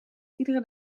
iedere